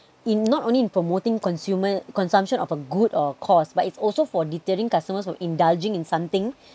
in not only in promoting consumer consumption of a good or cause but it's also for deterring customers from indulging in something